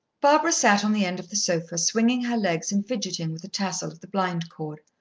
barbara sat on the end of the sofa, swinging her legs and fidgetting with the tassel of the blind-cord.